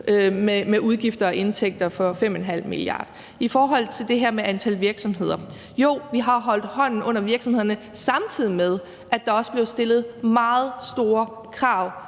med udgifter og indtægter for 5,5 mia. kr. I forhold til det her med antal virksomheder vil jeg sige, at jo, vi har holdt hånden under virksomhederne, samtidig med at der også blev stillet meget store krav